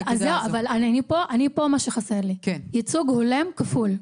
מה שחסר לי פה זה ייצוג הולם כפול.